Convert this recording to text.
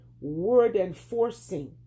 Word-enforcing